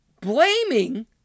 blaming